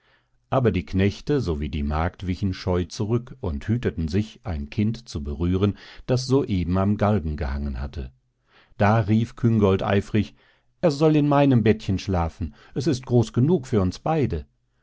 aber die knechte sowie die magd wichen scheu zurück und hüteten sich ein kind zu berühren das soeben am galgen gehangen hatte da rief küngolt eifrig er soll in meinem bettchen schlafen es ist groß genug für uns beide